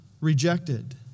rejected